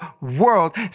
world